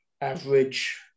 average